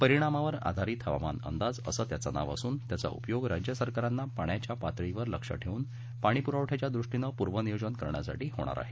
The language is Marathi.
परिणामावर आधारित हवामान अंदाज असं त्याचं नाव असून त्याचा उपयोग राज्य सरकारांना पाण्याच्या पातळीवर लक्ष ठेवून पाणी पुरवठ्याच्या दृष्टीने पूर्व नियोजन करण्यासाठी होणार आहे